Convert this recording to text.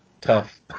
tough